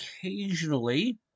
occasionally